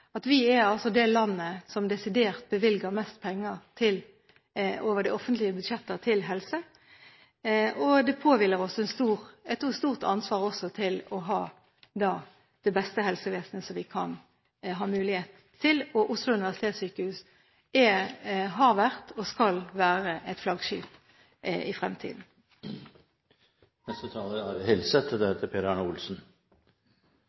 at vi er det landet som bevilger desidert mest penger over de offentlige budsjettene til helse. Det påhviler oss et stort ansvar for å ha det beste helsevesenet som vi har mulighet til. Oslo universitetssykehus har vært og skal være et flaggskip i fremtiden.